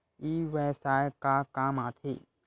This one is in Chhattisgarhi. ई व्यवसाय का काम आथे?